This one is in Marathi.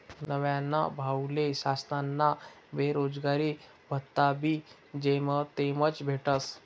न्हानभाऊले शासनना बेरोजगारी भत्ताबी जेमतेमच भेटस